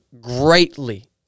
greatly